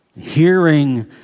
hearing